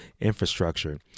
infrastructure